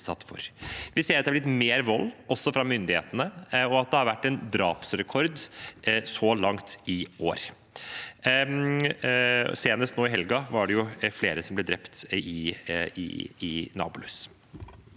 Vi ser at det har blitt mer vold, også fra myndighetene, og at det har vært en drapsrekord så langt i år. Senest nå i helgen var det flere som ble drept i Nablus.